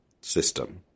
system